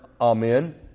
amen